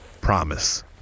Promise